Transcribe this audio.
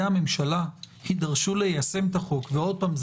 הממשלה יידרשו ליישם את החוק ועוד פעם,